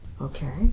Okay